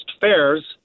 fares